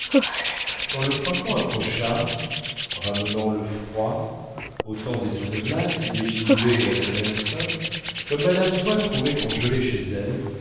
quand le printemps approcha ramenant le froid au temps des saints de glace et des giboulées de la semaine sainte comme mme swann trouvait qu'on gelait chez elle